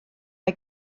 mae